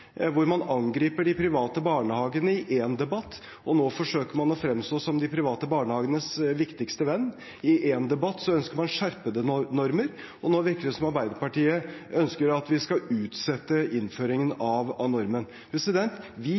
hvor man angriper de private barnehagene i én debatt, og nå forsøker man å fremstå som de private barnehagenes viktigste venn. I én debatt ønsker man skjerpede normer, og nå virker det som om Arbeiderpartiet ønsker at vi skal utsette innføringen av normen. Vi